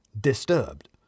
disturbed